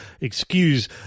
excuse